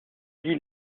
die